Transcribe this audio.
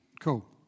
Cool